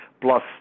plus